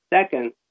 Second